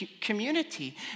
community